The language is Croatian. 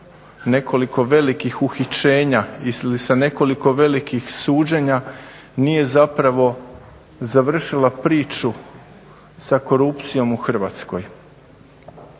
nekoliko velikih uhićenja ili sa nekoliko velikih suđenja nije zapravo završila priču sa korupcijom u Hrvatskoj.